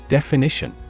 Definition